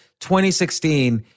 2016